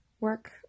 work